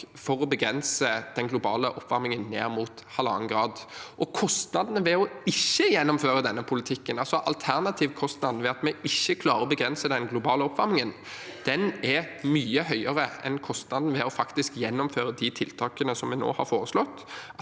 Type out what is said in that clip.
for å begrense den globale oppvarmingen ned mot 1,5 grader, og kostnadene ved å ikke gjennomføre denne politikken, altså alternativkostnaden ved at vi ikke klarer å begrense den globale oppvarmingen, er mye høyere enn kostnadene ved faktisk å gjennomføre de tiltakene som vi nå har foreslått.